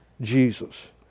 Jesus